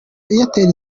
airtel